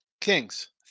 Kings